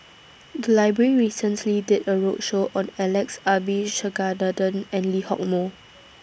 The Library recently did A roadshow on Alex Abisheganaden and Lee Hock Moh